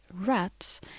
rats